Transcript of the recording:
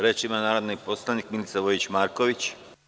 Reč ima narodni poslanik Milica Vojić Marković.